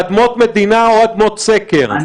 באדמות מדינה או באדמות סקר,